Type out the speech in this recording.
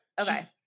Okay